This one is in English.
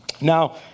Now